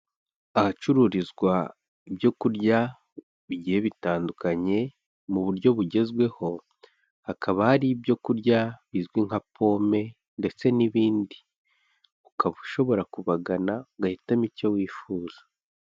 Ahacururizwa ibyo kurya bigiye bitandukanye, mu buryo bugezweho, hakaba hari ibyo kurya bizwi nka pome, ndetse n'ibindi, ukaba ushobora kubagana, ugahitamo icyo wifuza.